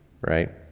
Right